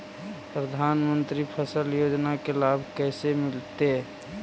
प्रधानमंत्री फसल योजना के लाभ कैसे मिलतै?